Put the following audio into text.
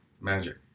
Magic